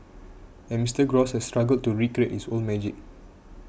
and Mister Gross has struggled to recreate its old magic